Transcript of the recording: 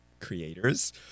creators